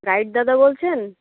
guide দাদা বলছেন